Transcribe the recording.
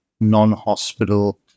non-hospital